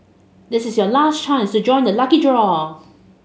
this is your last chance to join the lucky draw